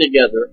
together